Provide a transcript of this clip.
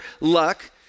luck